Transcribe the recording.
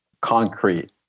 concrete